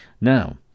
now